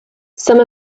some